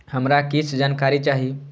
हमरा कीछ जानकारी चाही